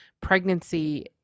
pregnancy